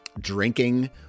drinking